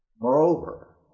Moreover